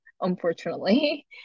unfortunately